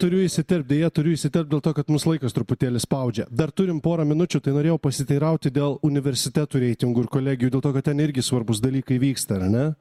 turiu įsiterpt deja turiu įsiterpti dėl to kad mus laikas truputėlį spaudžia dar turim porą minučių tai norėjau pasiteirauti dėl universitetų reitingų ir kolegijų dėl to kad ten irgi svarbūs dalykai vyksta ar ne